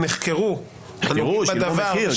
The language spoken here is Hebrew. נחקרו --- נחקרו, שילמו מחיר.